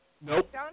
Nope